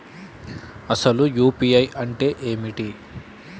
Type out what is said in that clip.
అసలు యూ.పీ.ఐ అంటే ఏమిటి?